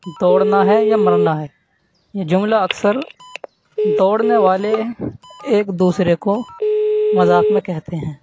دوڑنا ہے یا مرنا ہے یہ جملہ اکثر دوڑنے والے ایک دوسرے کو مذاق میں کہتے ہیں